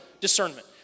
discernment